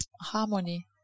harmony